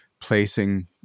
placing